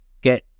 get